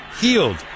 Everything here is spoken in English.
healed